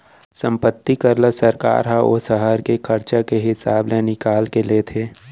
संपत्ति कर ल सरकार ह ओ सहर के खरचा के हिसाब ले निकाल के लेथे